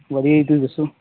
ਵਧੀਆ ਜੀ ਤੁਸੀਂ ਦੱਸੋ